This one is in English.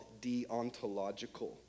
deontological